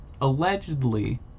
allegedly